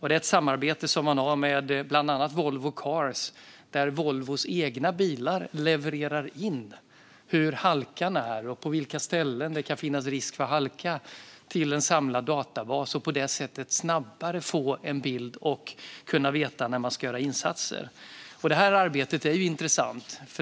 Det är ett samarbete som man har med bland annat Volvo Cars där Volvos egna bilar levererar in hur halkan är och på vilka ställen det kan finnas risk för halka till en samlad databas. På det sättet kan man snabbare få en bild och kunna veta när man ska göra insatser. Det arbetet är intressant.